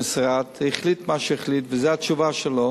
במשרד החליט מה שהחליט וזו התשובה שלו.